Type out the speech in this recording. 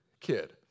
kid